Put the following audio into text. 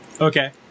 Okay